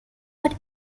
what